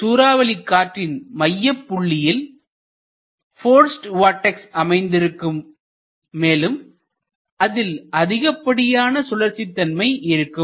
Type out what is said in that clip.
ஒரு சூராவளி காற்றின் மையப்புள்ளியில் போர்ஸ்ட் வார்டெக்ஸ் அமைந்திருக்கும் மேலும் அதில் அதிகப்படியான சுழற்சிதன்மை இருக்கும்